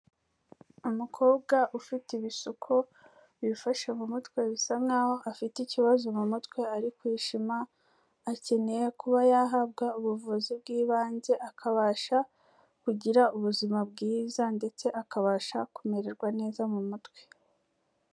Umukobwa ufite ibisuko wifashe mu mutwe bisa nkaho afite ikibazo mu mutwe ari kwishima, akeneye kuba yahabwa ubuvuzi bw'ibanze akabasha kugira ubuzima bwiza ndetse akabasha kumererwa neza mu mutwe.